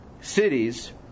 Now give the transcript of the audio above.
cities